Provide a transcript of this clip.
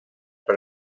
per